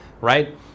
right